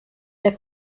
der